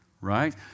right